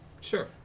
Sure